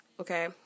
Okay